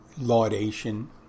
laudation